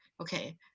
Okay